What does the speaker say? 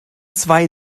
zwei